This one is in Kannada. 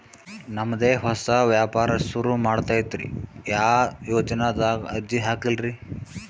ನಮ್ ದೆ ಹೊಸಾ ವ್ಯಾಪಾರ ಸುರು ಮಾಡದೈತ್ರಿ, ಯಾ ಯೊಜನಾದಾಗ ಅರ್ಜಿ ಹಾಕ್ಲಿ ರಿ?